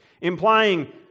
Implying